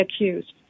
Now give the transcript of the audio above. accused